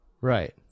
Right